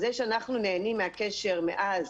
זה שאנחנו נהנים מהקשר מאז,